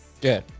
Good